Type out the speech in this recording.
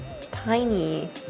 tiny